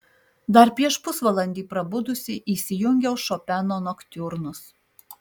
dar prieš pusvalandį prabudusi įsijungiau šopeno noktiurnus